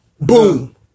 boom